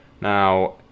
Now